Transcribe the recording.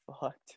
fucked